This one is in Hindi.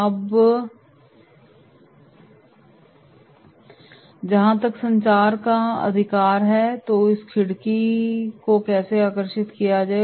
अब जहां तक संचार का अधिकार है तो इस खिड़की को कैसे आकर्षित किया जाए